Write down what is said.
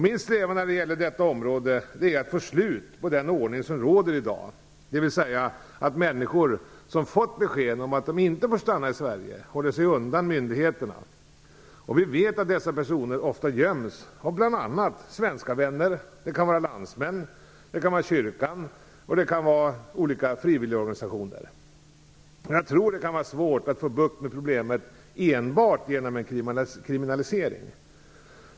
Min strävan när det gäller detta område är att få slut på den ordning som råder i dag, dvs. att människor som fått besked om att de inte får stanna i Sverige håller sig undan myndigheterna. Vi vet att dessa personer ofta göms av bl.a. svenska vänner. Det kan vara landsmän, Kyrkan eller olika frivilligorganisationer. Jag tror dock att det kan vara svårt att få bukt med problemet enbart genom en kriminalisering.